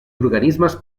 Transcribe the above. organismes